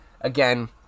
again